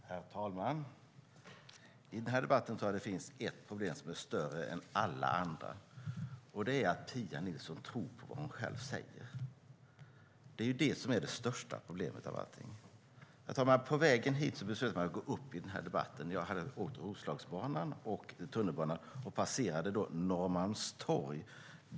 Herr talman! I den här debatten finns det ett problem som är större än alla andra, och det är att Pia Nilsson tror på det hon själv säger. Det är det största problemet. På vägen hit beslöt jag mig för att delta i den här debatten. Jag hade åkt Roslagsbanan och tunnelbanan och passerade sedan Norrmalmstorg.